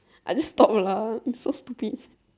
I just talk lah it's so stupid